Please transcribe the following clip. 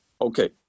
Okay